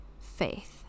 faith